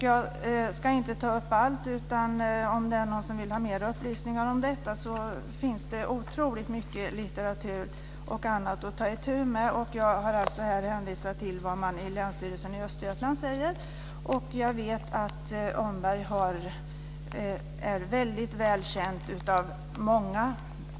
Jag ska inte ta upp allt, och om det är någon som vill ha mera upplysningar om detta finns det otroligt mycket litteratur och annat att ta itu med. Jag har alltså här hänvisat till vad Länsstyrelsen i Östergötland säger. Jag vet att Omberg är väl känt av många.